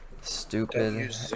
Stupid